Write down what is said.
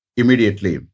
immediately